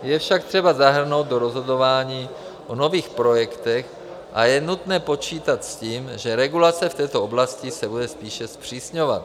Kritéria je však třeba zahrnout do rozhodování o nových projektech a je nutné počítat s tím, že regulace v této oblasti se bude spíše zpřísňovat.